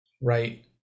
right